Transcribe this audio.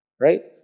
Right